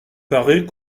paraît